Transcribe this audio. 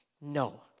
No